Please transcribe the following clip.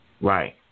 Right